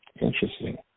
Interesting